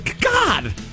God